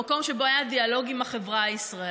במקום שבו היה דיאלוג עם החברה הישראלית.